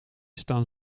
staan